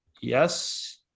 Yes